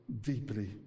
deeply